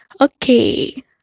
okay